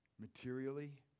materially